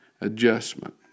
adjustment